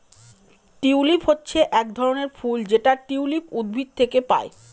tulip হচ্ছে এক ধরনের ফুল যেটা টিউলিপ উদ্ভিদ থেকে পায়